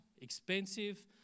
expensive